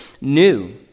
new